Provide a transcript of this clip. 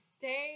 day